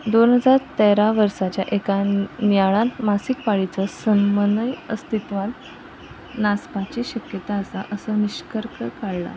दोन हजार तेरा वर्साच्या एका नियाळांत मासीक पाळयेचो संबंदूय अस्तित्वांत नासपाची शक्यता आसा असो निश्कर्श काडला